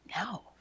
No